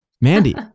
Mandy